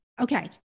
Okay